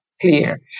clear